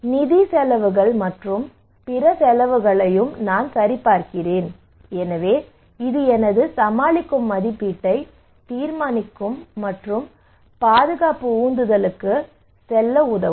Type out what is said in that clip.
நிதி செலவுகள் மற்றும் பிற செலவுகளையும் நான் சரிபார்க்கிறேன் எனவே இது எனது சமாளிக்கும் மதிப்பீட்டை தீர்மானிக்கும் மற்றும் பாதுகாப்பு உந்துதல்களுக்கு செல்ல உதவும்